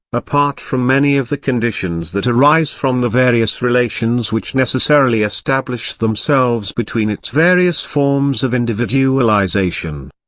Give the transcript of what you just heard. apart from any of the conditions that arise from the various relations which necessarily establish themselves between its various forms of individualisation.